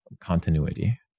continuity